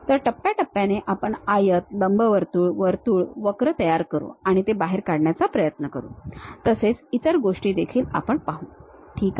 तर टप्प्याटप्प्याने आपण आयत लंबवर्तुळ वर्तुळ वक्र तयार करू आणि ते बाहेर काढण्याचा प्रयत्न करू तसेच इतर गोष्टी देखील आपण पाहू ठीक आहे